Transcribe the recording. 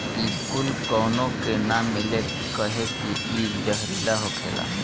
इ कूल काउनो के ना मिले कहे की इ जहरीला होखेला